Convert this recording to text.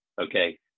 Okay